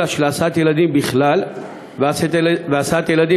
אלא שלהסעת ילדים בכלל ולהסעת ילדים